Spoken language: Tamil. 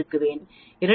2 க்கு நான் 0